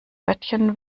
wörtchen